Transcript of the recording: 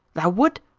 thou would?